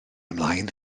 ymlaen